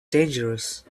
dangerous